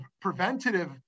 preventative